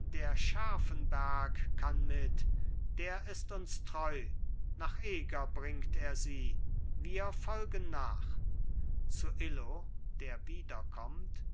der scherfenberg kann mit der ist uns treu nach eger bringt er sie wir folgen nach zu illo der wiederkommt